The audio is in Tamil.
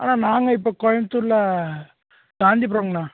அண்ணா நாங்கள் இப்போ கோயம்புத்தூரில் காந்திபுரோங்ண்ணா